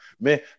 Man